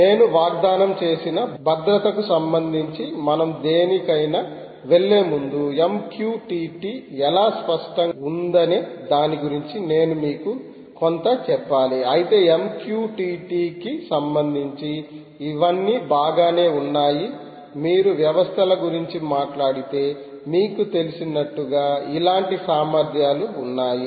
నేను వాగ్దానం చేసిన భద్రతకు సంబంధించి మనం దేనికైనా వెళ్ళే ముందు MQTT ఎలా స్పష్టంగా ఉందనే దాని గురించి నేను మీకు కొంత చెప్పాలి అయితే MQTT కి సంబంధించి ఇవన్నీ బాగానే ఉన్నాయి మీరు వ్యవస్థల గురించి మాట్లాడితే మీకు తెలిసినట్లుగా ఇలాంటి సామర్థ్యాలు ఉన్నాయి